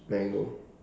mango